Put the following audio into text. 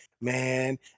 man